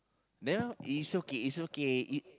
no is okay is okay in